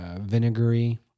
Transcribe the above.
vinegary